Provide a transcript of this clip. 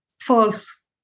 false